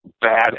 bad